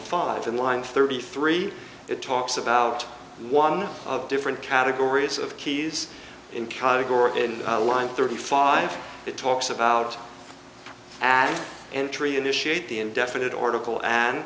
five in line thirty three it talks about one of different categories of keys in category in line thirty five it talks about at entry initiate the indefinite article and